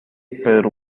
pedro